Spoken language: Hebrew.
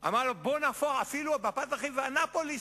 אמרה לו: אפילו מפת הדרכים, ואנאפוליס.